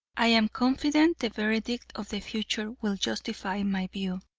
i am confident the verdict of the future will justify my view.